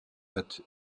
hat